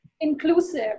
inclusive